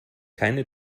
keine